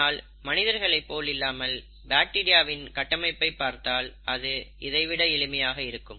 ஆனால் மனிதர்களை போல் இல்லாமல் பாக்டீரியாவின் கட்டமைப்பை பார்த்தால் அது இதைவிட எளிமையாக இருக்கும்